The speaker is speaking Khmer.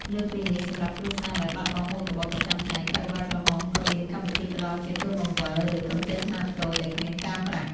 លើសពីនេះ សម្រាប់គ្រួសារដែលបាត់បង់មុខរបរប្រចាំថ្ងៃ កាកបាទក្រហមក៏មានកម្មវិធីផ្ដល់ជាទុនបង្វិល ឬកម្ចីខ្នាតតូចដែលគ្មានការប្រាក់។